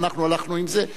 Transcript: ואנחנו הלכנו עם זה.